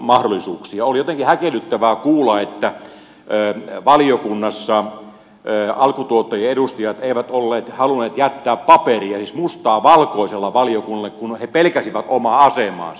oli jotenkin häkellyttävää kuulla että valiokunnassa alkutuottajien edustajat eivät olleet halunneet jättää paperia siis mustaa valkoisella valiokunnalle kun he pelkäsivät omaa asemaansa